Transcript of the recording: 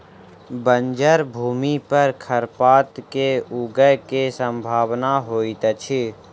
बंजर भूमि पर खरपात के ऊगय के सम्भावना होइतअछि